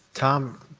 tom,